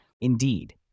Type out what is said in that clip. Indeed